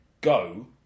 go